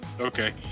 Okay